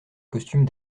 costume